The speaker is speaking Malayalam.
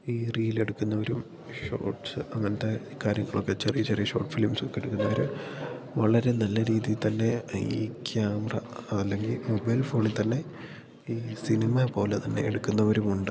ഈ റീലെടുക്കുന്നവരും ഷോട്ട്സ് അങ്ങനത്തെ കാര്യങ്ങളൊക്കെ ചെറിയ ചെറിയ ഷോട്ട് ഫിലിംസ് എടുക്കുന്നവർ വളരെ നല്ല രീതിയിൽ തന്നെ ഈ ക്യാമറ അതല്ലെങ്കിൽ മൊബൈൽ ഫോണിൽ തന്നെ ഈ സിനിമ പോലെ തന്നെ എടുക്കുന്നവരുമുണ്ട്